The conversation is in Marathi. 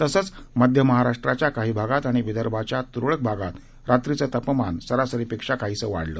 तसंच मध्य महाराष्ट्राच्या काही भागात आणि विदर्भाच्या तुरळक भागात रात्रीचं तापमान सरासरीपेक्षा काहीसं वाढलं